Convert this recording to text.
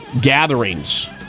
Gatherings